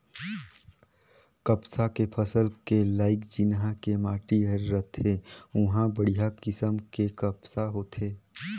कपसा के फसल के लाइक जिन्हा के माटी हर रथे उंहा बड़िहा किसम के कपसा होथे